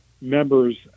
members